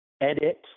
edit